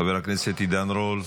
חבר הכנסת עידן רול,